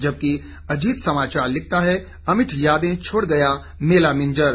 जबकि अजीत समाचार लिखता है अमिट यादें छोड़ गया मेला मिंजर